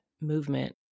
movement